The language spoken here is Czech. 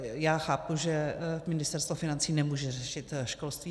Já chápu, že Ministerstvo financí nemůže řešit školství.